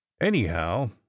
Anyhow